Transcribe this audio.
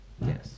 Yes